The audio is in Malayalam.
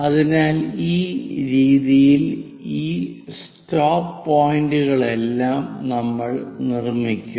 അതിനാൽ ഈ രീതിയിൽ ഈ സ്റ്റോപ്പ് പോയിന്റുകളെല്ലാം നമ്മൾ നിർമ്മിക്കും